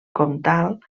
comtal